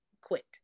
quit